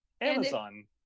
Amazon